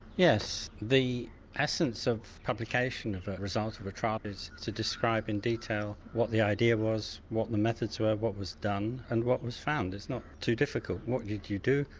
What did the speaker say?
yes, the essence of publication of a result of a trial is to describe in detail what the idea was, what the methods were, what was done and what was found. it's not too difficult. what did you do,